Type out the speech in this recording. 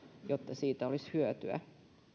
jotta siitä olisi hyötyä